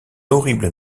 horrible